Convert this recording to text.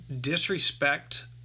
disrespect